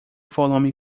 volume